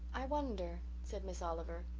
i wonder, said miss oliver,